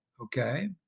okay